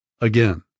again